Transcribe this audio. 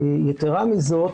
יתרה מזאת,